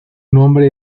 nombre